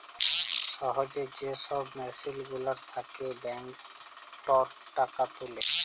সহজে যে ছব মেসিল গুলার থ্যাকে ব্যাংকটর টাকা তুলে